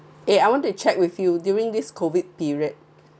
eh I want to check with you during this COVID period